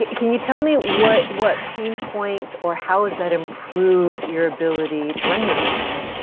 can you tell me what what pain points or how has that improved your ability to run your business?